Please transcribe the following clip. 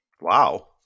Wow